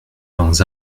dans